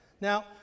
now